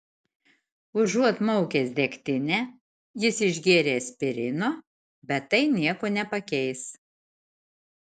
užuot maukęs degtinę jis išgėrė aspirino bet tai nieko nepakeis